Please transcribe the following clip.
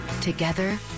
Together